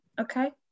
Okay